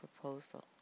proposal